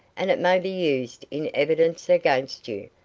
and it may be used in evidence against you.